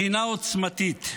מדינה עוצמתית.